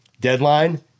Deadline